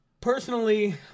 Personally